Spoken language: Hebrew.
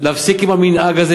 להפסיק עם המנהג הזה.